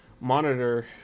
monitor